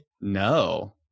No